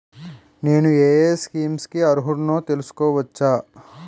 నేను యే యే స్కీమ్స్ కి అర్హుడినో తెలుసుకోవచ్చా?